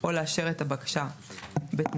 או לאשר את הבקשה בתנאים,